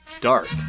Dark